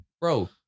bro